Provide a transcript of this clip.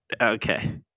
Okay